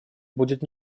будет